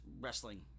wrestling